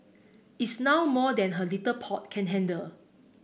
it's now more than her little pot can handle